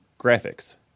graphics